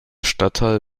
stadtteil